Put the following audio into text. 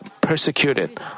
persecuted